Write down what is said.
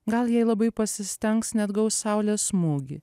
gal jei labai pasistengs net gaus saulės smūgį